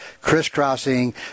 crisscrossing